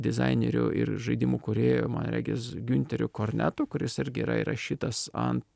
dizaineriu ir žaidimų kūrėju man regis giunteriu kornetu kuris irgi yra įrašytas ant